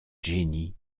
jenny